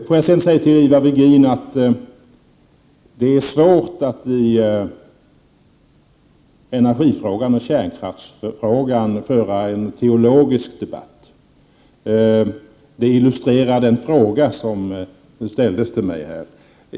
Låt mig sedan till Ivar Virgin säga att det är svårt att föra en teologisk debatt i energifrågan och i kärnkraftsfrågan. Det illustrerar den fråga som ställdes till mig.